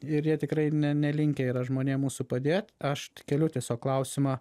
ir jie tikrai ne nelinkę yra žmonėm mūsų padėt aš keliu tiesiog klausimą